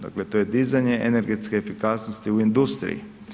Dakle, to je dizanje energetske efikasnosti u industriji.